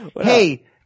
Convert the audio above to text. Hey